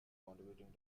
contributing